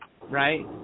right